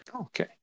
Okay